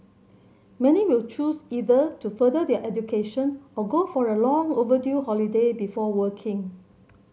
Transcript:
many will choose either to further their education or go for a long overdue holiday before working